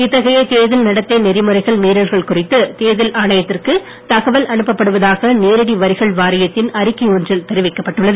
இத்தகைய தேர்தல் நடத்தை நெறிமுறைகள் மீறல்கள் குறித்து தேர்தல் ஆணையத்திற்கு தகவல் அனுப்பப்படுவதாக நேரடி வரிகள் வாரியத்தின் அறிக்கை ஒன்றில் தெரிவிக்கப் பட்டுள்ளது